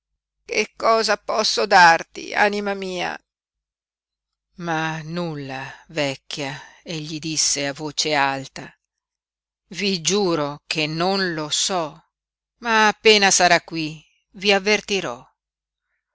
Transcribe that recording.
che cosa posso darti anima mia ma nulla vecchia egli disse a voce alta i giuro che non lo so ma appena sarà qui vi avvertirò